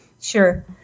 Sure